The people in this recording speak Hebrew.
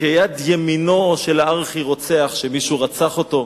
כיד ימינו של הארכי-רוצח שמישהו רצח אותו.